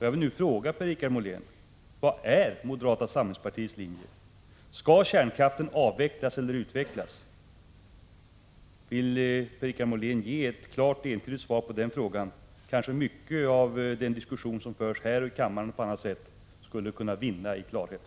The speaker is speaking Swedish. Jag vill därför fråga Per-Richard Molén: Vad är moderaternas linje? Skall kärnkraften avvecklas eller utvecklas? Vill Per-Richard Molén ge ett klart och entydigt svar på den frågan skulle diskussionen vinna i klarhet.